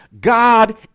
God